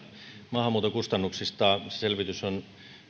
maahanmuuton kustannuksista selvitys on